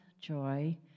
joy